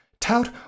Tout